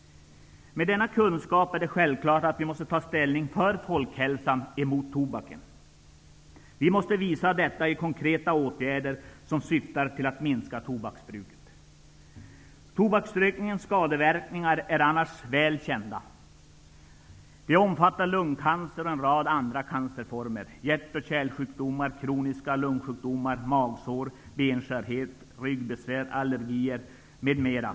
Med denna kunskap är det självklart att vi måste ta ställning för folkhälsan emot tobaken. Vi måste visa detta i konkreta åtgärder som syftar till att minska tobaksbruket. Tobaksrökningens skadeverkningar är annars väl kända. De omfattar lungcancer och en rad andra cancerformer, hjärt och kärlsjukdomar, kroniska lungsjukdomar, magsår, benskörhet, ryggbesvär, allergi m.m.